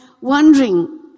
wondering